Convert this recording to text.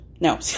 No